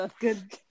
Good